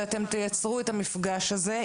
שאתם תייצרו את המפגש הזה,